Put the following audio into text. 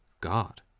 god